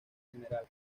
gral